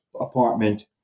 apartment